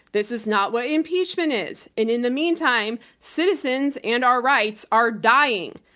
this is not what impeachment is, and in the meantime, citizens and our rights are dying.